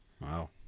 Wow